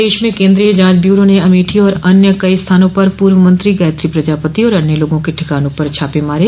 प्रदेश में केन्द्रीय जांच ब्यूरो ने अमेठी और कई अन्य स्थानों पर पूर्व मंत्री गायत्री प्रजापति और अन्य लोगों के ठिकानों पर छापे मारे